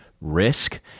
risk